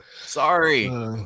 Sorry